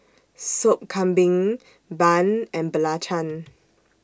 Sop Kambing Bun and Belacan